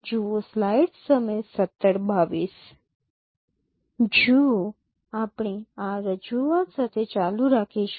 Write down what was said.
જુઓ આપણે આ રજૂઆત સાથે ચાલુ રાખીશું